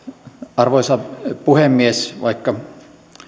arvoisa puhemies vaikka